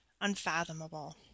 unfathomable